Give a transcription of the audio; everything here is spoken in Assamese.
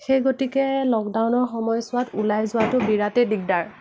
সেই গতিকে লকডাউনৰ সময়ছোৱাত উলাই যোৱাটো বিৰাটেই দিগদাৰ